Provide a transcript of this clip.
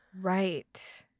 right